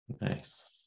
nice